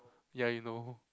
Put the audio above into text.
ya you know